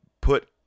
put